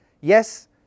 Yes